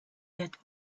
that